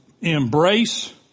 embrace